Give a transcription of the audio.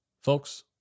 Folks